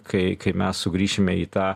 kai kai mes sugrįšime į tą